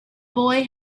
boy